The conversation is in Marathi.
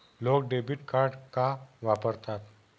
लोक डेबिट कार्ड का वापरतात?